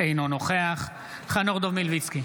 אינו נוכח חנוך דב מלביצקי,